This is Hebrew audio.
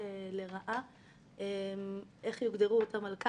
גם הנתבע יצטרך להביא חוות דעת מומחה על כך שלא נגרם נזק,